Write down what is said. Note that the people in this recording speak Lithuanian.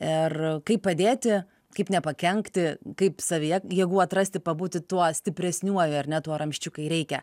ir kaip padėti kaip nepakenkti kaip savyje jėgų atrasti pabūti tuo stipresniuoju ar ne tuo ramsčiu kai reikia